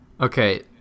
Okay